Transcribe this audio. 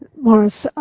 morris.